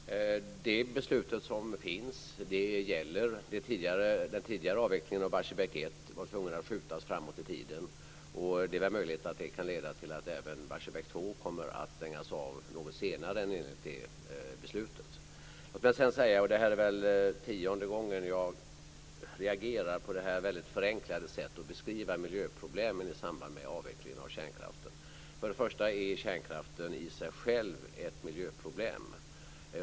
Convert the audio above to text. Fru talman! Det beslut som finns gäller. Den tidigare avvecklingen av Barsebäck 1 var tvungen att skjutas framåt i tiden. Det är väl möjligt att det kan leda till att även Barsebäck 2 kommer att stängas av något senare än enligt beslutet. Låt mig sedan säga - det är väl tionde gången jag reagerar på det här väldigt förenklade sättet att beskriva miljöproblemen i samband med avvecklingen av kärnkraften - att för det första är kärnkraften i sig ett miljöproblem.